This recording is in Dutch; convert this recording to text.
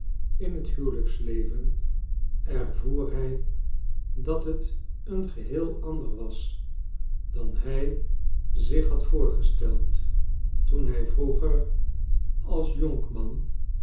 in het huwelijksleven ervoer hij dat het een geheel ander was dan hij zich had voorgesteld toen hij vroeger als jonkman